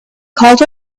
called